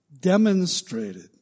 demonstrated